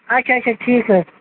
اچھا اچھا ٹھیٖک حظ